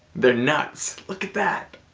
they're nuts. look at that.